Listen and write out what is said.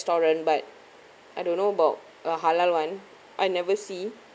but I don't know about uh halal one I never see